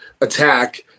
attack